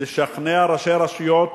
לשכנע ראשי רשויות